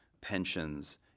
pensions